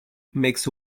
makes